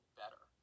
better